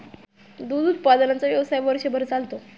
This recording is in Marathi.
दूध उत्पादनाचा व्यवसाय वर्षभर चालतो